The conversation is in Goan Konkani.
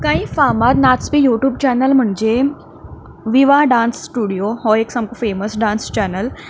काही फामाद नाचपी यू ट्यूब चॅनल म्हणजे विवा डान्स स्टूडियो हो एक सामको फेमस डान्स चॅनल